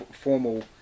formal